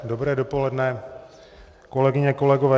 Dobré dopoledne, kolegyně, kolegové.